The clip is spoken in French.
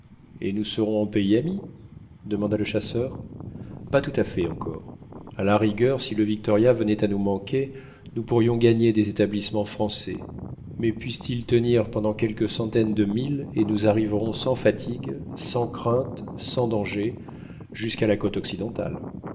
et nous serons en pays ami demanda le chasseur pas tout à fait encore à la rigueur si le victoria venait à nous manquer nous pourrions gagner des établissements français mais puisse-t-il tenir pendant quelques centaines de milles et nous arriverons sans fatigues sans craintes sans dangers jusqu'à la côte occidentale